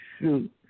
shoot